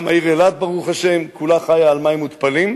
גם העיר אילת, ברוך השם, כולה חיה על מים מותפלים,